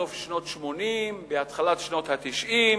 בסוף שנות ה-80, בהתחלת שנות ה-90,